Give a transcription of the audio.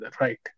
right